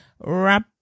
wrap